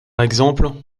exemple